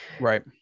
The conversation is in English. Right